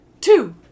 two